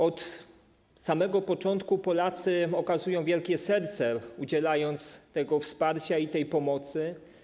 Od samego początku Polacy okazują wielkie serce, udzielając wsparcia i pomocy.